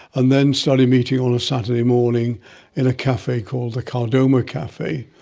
and then started meeting on saturday morning in a cafe called the kardomah cafe,